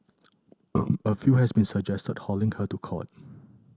a few has even suggested hauling her to court